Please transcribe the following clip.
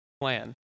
plan